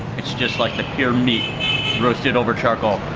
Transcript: it's just like the pure meat roasted over charcoal.